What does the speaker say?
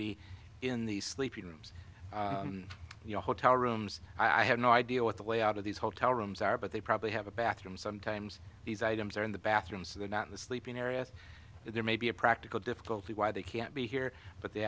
be in the sleeping rooms hotel rooms i have no idea what the way out of these hotel rooms are but they probably have a bathroom sometimes these items are in the bathroom so they are not in the sleeping area there may be a practical difficulty why they can't be here but the